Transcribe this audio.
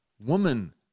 Woman